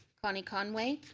connie conway.